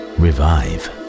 revive